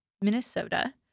Minnesota